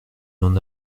n’en